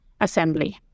assembly